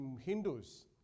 Hindus